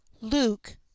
Luke